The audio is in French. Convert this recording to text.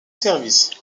service